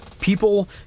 people